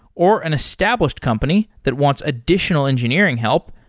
or an established company that wants additional engineering help,